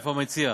איפה המציע?